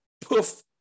poof